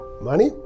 money